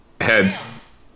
Heads